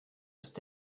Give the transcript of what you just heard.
ist